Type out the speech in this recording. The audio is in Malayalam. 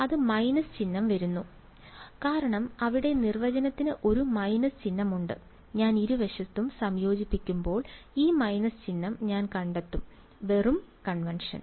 ആ മൈനസ് ചിഹ്നം വരുന്നു കാരണം ഇവിടെ നിർവചനത്തിന് ഒരു മൈനസ് ചിഹ്നമുണ്ട് ഞാൻ ഇരുവശത്തും സംയോജിപ്പിക്കുമ്പോൾ ഈ മൈനസ് ചിഹ്നം ഞാൻ കണ്ടെത്തും വെറും കൺവെൻഷൻ